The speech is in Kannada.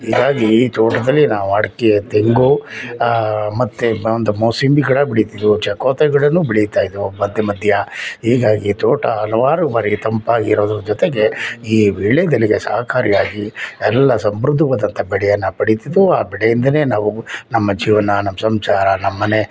ಹೀಗಾಗಿ ಈ ತೋಟದಲ್ಲಿ ನಾವು ಅಡಿಕೆ ತೆಂಗು ಮತ್ತು ಬಂದು ಮೂಸಂಬಿ ಗಿಡ ಬೆಳಿತಿದ್ವು ಚಕೋತ ಗಿಡವೂ ಬೆಳಿತಾಯಿದ್ವು ಮಧ್ಯ ಮಧ್ಯ ಹೀಗಾಗಿ ತೋಟ ಹಲವಾರು ಭಾರಿ ತಂಪಾಗಿರೋದ್ರ ಜೊತೆಗೆ ಈ ವೀಳ್ಯದೆಲೆಗೆ ಸಹಕಾರಿಯಾಗಿ ಎಲ್ಲ ಸಮೃದ್ಧವಾದಂಥ ಬೆಳೆಯನ್ನು ಬೆಳಿತಿದ್ವು ಆ ಬೆಳೆಯಿಂದಲೇ ನಾವು ನಮ್ಮ ಜೀವನ ನಮ್ಮ ಸಂಸಾರ ನಮ್ಮ ಮನೆ